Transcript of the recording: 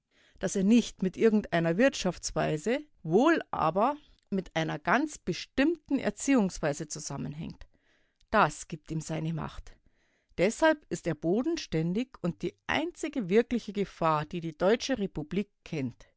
daß er nicht mit irgendeiner wirtschaftsweise wohl aber mit einer ganz bestimmten erziehungsweise zusammenhängt das gibt ihm seine macht deshalb ist er bodenständig und die einzige wirkliche gefahr die die deutsche republik kennt